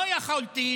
לא יכולנו,